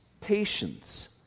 patience